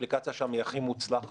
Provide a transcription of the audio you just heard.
והאפליקציה שם היא הכי מוצלחת.